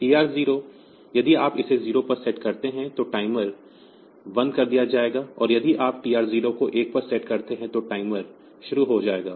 TR0 यदि आप इसे 0 पर सेट करते हैं तो टाइमर बंद कर दिया जाएगा और यदि आप TR0 को 1 पर सेट करते हैं तो टाइमर शुरू हो जाएगा